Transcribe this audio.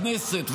הכנסת,